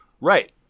Right